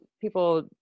people